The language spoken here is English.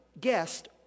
guest